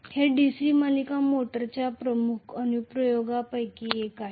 हे DC series मोटरच्या प्रमुख अनुप्रयोगांपैकी एक आहे